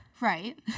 right